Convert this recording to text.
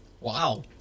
Wow